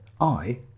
I